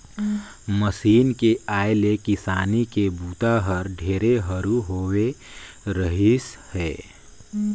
machine के आए ले किसानी के बूता हर ढेरे हरू होवे रहीस हे